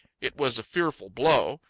it was a fearful blow.